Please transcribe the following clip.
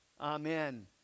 amen